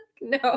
No